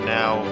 now